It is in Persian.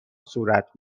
صورت